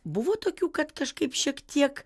buvo tokių kad kažkaip šiek tiek